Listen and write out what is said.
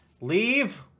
leave